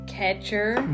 Catcher